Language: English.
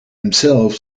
himself